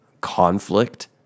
conflict